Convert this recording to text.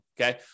okay